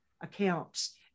accounts